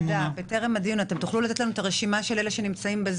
טרם הדיון תוכלו לתת לנו את הרשימה של אלה שבזום?